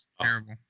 Terrible